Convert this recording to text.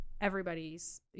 everybody's